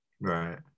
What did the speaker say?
Right